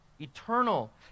Eternal